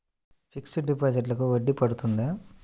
Fixed డిపాజిట్లకు వడ్డీ పడుతుందా?